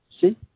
See